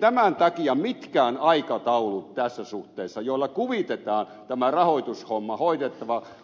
tämän takia tässä suhteessa mitkään aikataulut joilla kuvitellaan tämä rahoitushomma